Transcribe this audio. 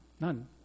None